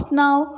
now